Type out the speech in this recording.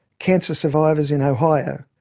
cancer survivors in ohio.